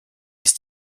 ist